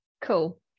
Cool